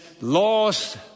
lost